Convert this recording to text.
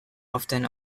often